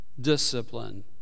discipline